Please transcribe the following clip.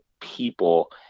people